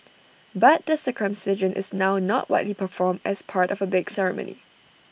but the circumcision is now not widely performed as part of A big ceremony